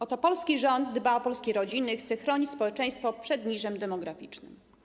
Oto polski rząd dba o polskie rodziny i chce chronić społeczeństwo przed niżem demograficznym.